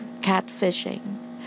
catfishing